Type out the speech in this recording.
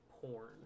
porn